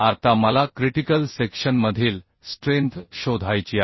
आता मला क्रिटिकल सेक्शनमधील स्ट्रेंथ शोधायची आहे